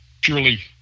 purely